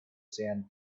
sand